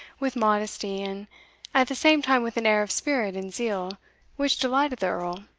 with modesty, and at the same time with an air of spirit and zeal which delighted the earl,